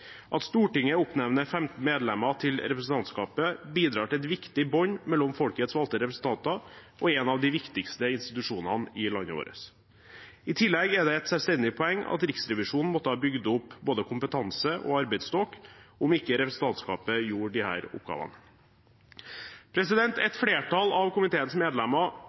At Stortinget oppnevner 15 medlemmer til representantskapet, bidrar til et viktig bånd mellom folkets valgte representanter og en av de viktigste institusjonene i landet vårt. I tillegg er det et selvstendig poeng at Riksrevisjonen måtte ha bygd opp både kompetanse og arbeidsstokk om ikke representantskapet gjorde disse oppgavene. Et flertall av komiteens medlemmer,